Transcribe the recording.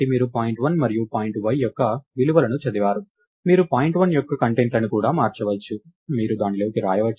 కాబట్టి మీరు పాయింట్ 1 మరియు పాయింట్ y యొక్క విలువలను చదివారు మీరు పాయింట్ 1 యొక్క కంటెంట్లను కూడా మార్చవచ్చు మీరు దానిలోకి వ్రాయవచ్చు